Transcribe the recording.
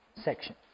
section